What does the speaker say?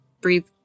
breathe